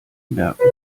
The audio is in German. merken